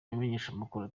abamenyeshamakuru